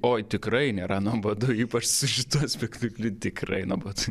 oi tikrai nėra nuobodu ypač šituo spektaklį tikrai nuobodu